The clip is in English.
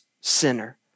sinner